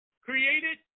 created